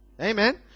Amen